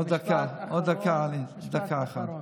משפט אחרון.